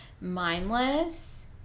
mindless